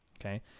okay